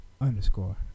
underscore